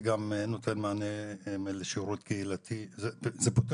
זה גם יכול לתת מענה לשירות קהילתי וזה פותר